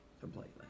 completely